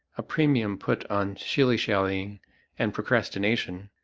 a premium put on shilly-shallying and procrastination.